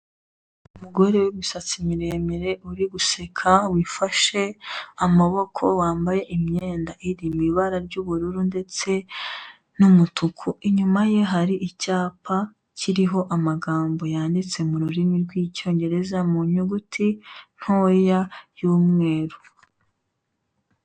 Umugore w'imisatsi miremire uri guseka wifashe amaboko wambaye imyenda iri mu ibara ry'ubururu ndetse n'umutuku, inyuma ye hari icyapa kiriho amagambo yanditse mu rurimi rw'Icyongereza mu nyuguti ntoya y'umweru.